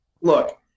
Look